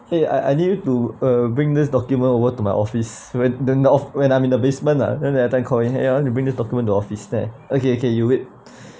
!hey! I I need you to uh bring this document over to my office when the when I'm in the basement ah then the other time you want to bring this document the office there okay okay you wait